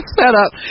setup